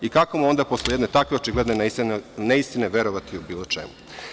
I kako mu onda posle jedne takve očigledne neistine verovati bilo čemu?